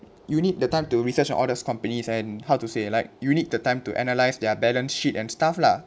you need the time to research on all these companies and how to say like you need the time to analyse their balance sheet and stuff lah